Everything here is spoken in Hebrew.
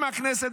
אם הכנסת